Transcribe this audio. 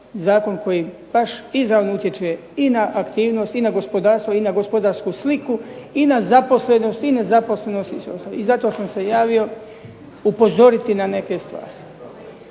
zakon koji baš izravno utječe i na aktivnost i na gospodarstvo i na gospodarsku sliku i na zaposlenost i na nezaposlenost. I zato sam se javio upozoriti na neke stvari.